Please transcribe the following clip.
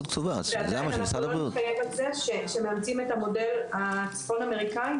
ועדיין אנחנו לא נתחייב על זה שמאמצים את המודל הצפון אמריקני,